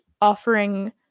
offering